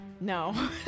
No